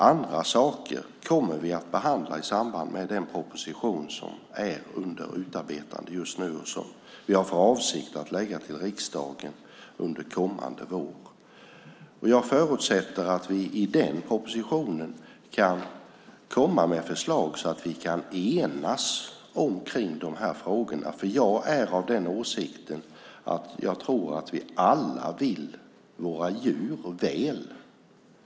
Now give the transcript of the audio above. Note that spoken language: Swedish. Andra saker kommer vi att behandla i samband med den proposition som är under utarbetande just nu och som vi har för avsikt att lägga fram för riksdagen under kommande vår. Jag förutsätter att vi i den propositionen kan komma med förslag så att vi kan enas om de här frågorna, för jag tror att vi alla vill våra djur väl.